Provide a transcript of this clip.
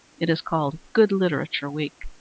it is called good literature week.